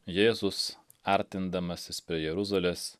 jėzus artindamasis prie jeruzalės